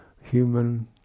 human